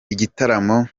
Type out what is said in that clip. igitaramo